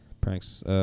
pranks